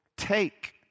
take